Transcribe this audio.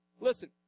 Listen